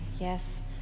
Yes